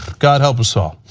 god help us all.